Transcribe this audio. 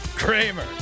Kramer